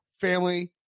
family